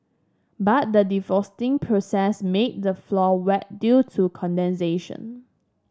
but the defrosting process made the floor wet due to condensation